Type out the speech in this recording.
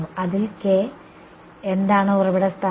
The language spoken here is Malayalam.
ഇതിൽ എന്താണ് ഉറവിട സ്ഥാനം